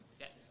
Yes